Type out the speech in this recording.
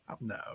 no